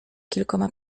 kilkoma